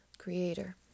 Creator